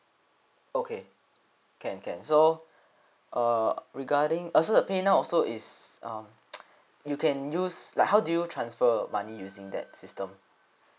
okay can can so err regarding also the paynow so is um you can use like how do you transfer money using that system